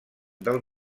del